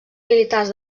militars